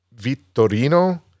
Vittorino